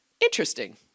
interesting